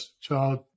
child